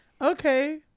okay